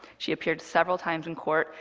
she appeared several times in court.